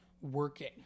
working